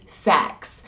Sex